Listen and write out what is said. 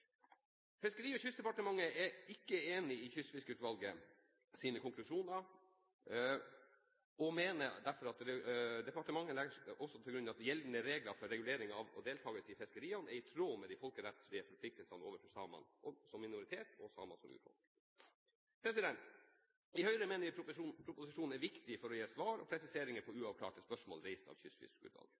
Fiskeri- og kystdepartementet er ikke enig i Kystfiskeutvalgets konklusjoner. Departementet legger også til grunn at gjeldende regler for regulering av og deltakelse i fiskeriene er i tråd med de folkerettslige forpliktelsene overfor samene som minoritet og samene som urfolk. I Høyre mener vi proposisjonen er viktig for å gi svar og presiseringer på uavklarte spørsmål reist av Kystfiskeutvalget.